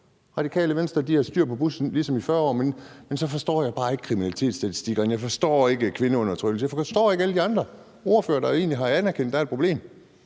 Radikale Venstre har styr på bussen som i de sidste 40 år. Men så forstår jeg bare ikke kriminalitetsstatistikkerne, jeg forstår ikke kvindeundertrykkelsen, og jeg forstår ikke alle de andre ordførere, der egentlig har anerkendt, at der er et problem.